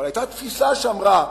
אבל היתה תפיסה שאמרה: